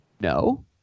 No